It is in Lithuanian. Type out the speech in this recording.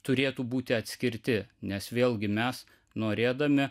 turėtų būti atskirti nes vėlgi mes norėdami